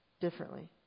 differently